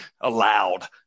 allowed